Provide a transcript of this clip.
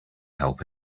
help